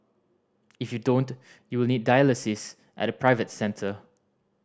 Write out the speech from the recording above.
if you don't you will need dialysis at a private centre